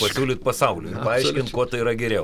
pasiūlyt pasauliui paaiškint kuo tai yra geriau